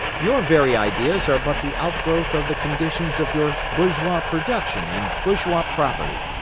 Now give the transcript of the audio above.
your very ideas are but the outgrowth of the conditions of your bourgeois production and bourgeois property,